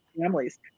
families